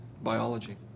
biology